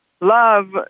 Love